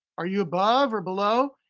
are you above or below?